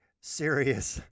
serious